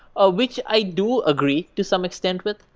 ah which i do agree to some extent with,